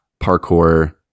parkour